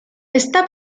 está